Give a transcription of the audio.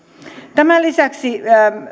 tämän lisäksi